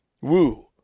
Woo